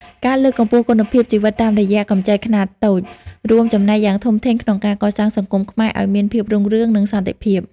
ការលើកកម្ពស់គុណភាពជីវិតតាមរយៈកម្ចីខ្នាតតូច រួមចំណែកយ៉ាងធំធេងក្នុងការកសាងសង្គមខ្មែរឱ្យមានភាពរុងរឿង និងសន្តិភាព។